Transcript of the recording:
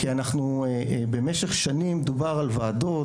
כי אנחנו במשך שנים דובר על ועדות,